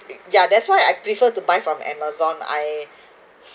ya that's why I prefer to buy from amazon I